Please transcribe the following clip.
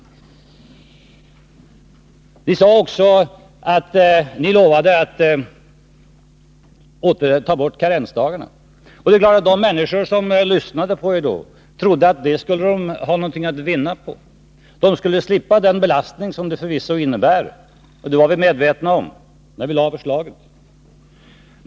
Ni lovade att ta bort karensdagarna. Och det är klart att de människor som lyssnade på er då trodde att de skulle ha något att vinna på detta. De skulle slippa den belastning som karensdagarna förvisso innebär — och som vi var medvetna om när vi lade fram förslaget.